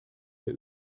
der